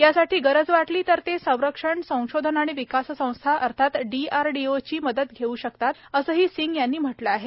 यासाठी गरज वाटली तर ते संरक्षण संशोधन आणि विकास संस्था अर्थात डीआरडीओची ही मदत घेऊ शकतात असं राजनाथ सिंह यांनी म्हटलं आहे